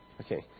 okay